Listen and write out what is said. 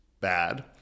bad